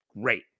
great